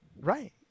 Right